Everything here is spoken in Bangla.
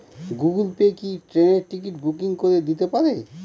গুগল পে কি ট্রেনের টিকিট বুকিং করে দিতে পারে?